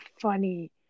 funny